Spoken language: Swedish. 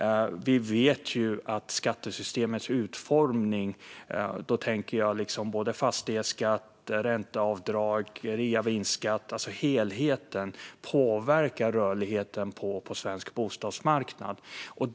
Vi vet ju att skattesystemets utformning - då tänker jag på fastighetsskatt, ränteavdrag och reavinstskatt, alltså på helheten - påverkar rörligheten på svensk bostadsmarknad.